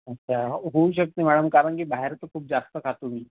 अच्छा होऊ शकते मॅडम कारण की बाहेरचं खूप जास्त खातो मी